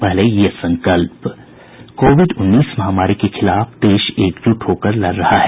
पहले ये संकल्प कोविड उन्नीस महामारी के खिलाफ देश एकजुट होकर लड़ रहा है